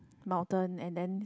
mountain and then